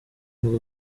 ngo